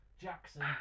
Jackson